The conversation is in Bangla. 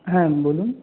হ্যাঁ বলুন